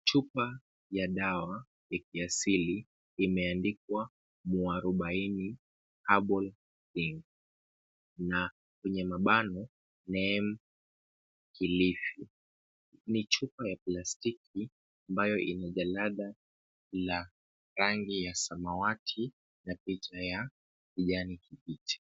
Chupa ya dawa ikiyasili imeandikwa Mwarubaini carbon tin . Na kwenye mabano neem kilifi. Ni chupa ya plastiki, ambayo inajalada la rangi ya samawati na picha ya kijani kibichi.